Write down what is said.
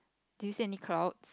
do you see any clouds